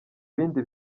bindi